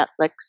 Netflix